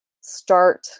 start